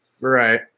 Right